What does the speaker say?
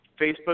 Facebook